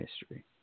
history